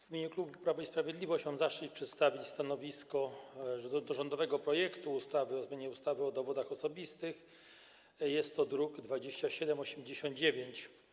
W imieniu klubu Prawo i Sprawiedliwość mam zaszczyt przedstawić stanowisko wobec rządowego projektu ustawy o zmianie ustawy o dowodach osobistych, jest to druk nr 2789.